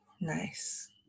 Nice